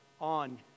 on